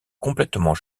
complètement